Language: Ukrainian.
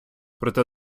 проте